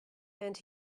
and